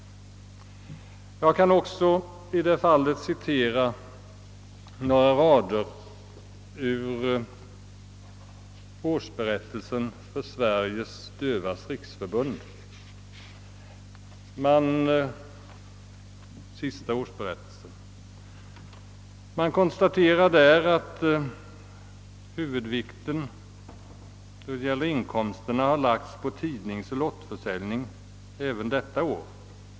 Jag kan också i det fallet citera några rader ur den senaste årsberättelsen för Sveriges dövas riksförbund. Man konstaterar där att huvudvikten då det gäller inkomsterna har lagts på tidningsoch lottförsäljning även detta år.